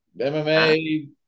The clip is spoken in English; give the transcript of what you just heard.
MMA